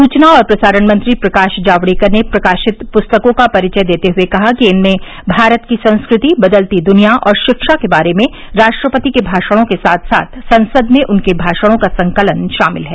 सूचना और प्रसारण मंत्री प्रकाश जावड़ेकर ने प्रकाशित प्स्तकों का परिचय देते हुए कहा कि इनमें भारत की संस्कृति बदलती दुनिया और शिक्षा के बारे में राष्ट्रपति के भाषणों के साथ साथ संसद में उनके भाषणों का संकलन शामिल है